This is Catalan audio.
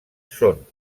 són